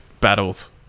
battles